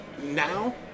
now